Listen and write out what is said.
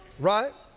right?